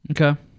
Okay